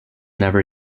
never